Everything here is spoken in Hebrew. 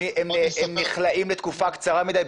הם נכלאים לתקופה קצרה מדי?